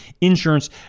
insurance